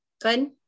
Good